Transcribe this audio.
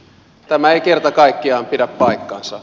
tämä ei kerta kaikkiaan pidä paikkaansa